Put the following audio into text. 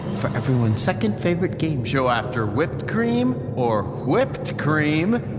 for everyone's second-favorite game show after whipped cream or whipped cream?